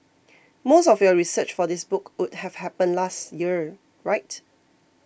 most of your research for this book would have happened last year right